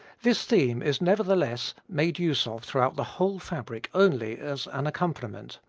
this theme is nevertheless made use of throughout the whole fabric only as an accompaniment,